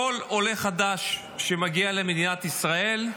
כל עולה חדש שמגיע למדינת ישראל,